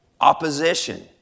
opposition